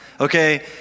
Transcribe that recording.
Okay